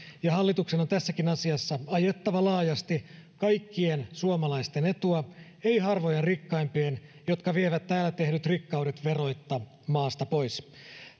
ja hallituksen on tässäkin asiassa ajettava laajasti kaikkien suomalaisten etua ei harvojen rikkaimpien jotka vievät täällä tehdyt rikkaudet veroitta maasta pois